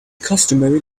customary